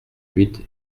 huit